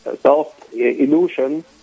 self-illusion